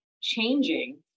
changing